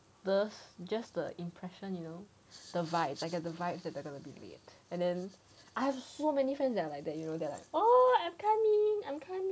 just just the you know the vibe like the vibe that they're going to give and then I have so many friends that are like that you know they're like oh I'm coming I'm coming